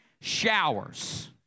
showers